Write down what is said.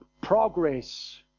progress